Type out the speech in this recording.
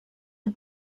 amb